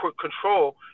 control